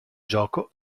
gioco